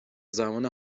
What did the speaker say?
زمان